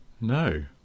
no